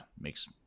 makes